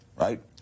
right